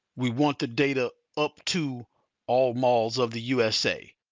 we want the data up to all malls of the usa.